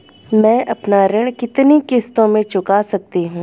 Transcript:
मैं अपना ऋण कितनी किश्तों में चुका सकती हूँ?